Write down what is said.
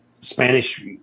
Spanish